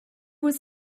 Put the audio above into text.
was